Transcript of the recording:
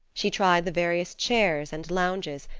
she tried the various chairs and lounges,